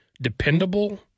dependable